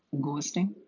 Ghosting